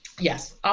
Yes